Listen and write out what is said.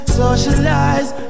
socialize